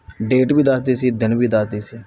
date ਵੀ ਦੱਸਦੀ ਸੀ ਦਿਨ ਵੀ ਦੱਸਦੀ ਸੀ